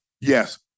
Yes